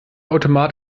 automat